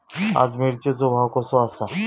आज मिरचेचो भाव कसो आसा?